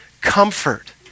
comfort